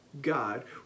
god